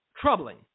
troubling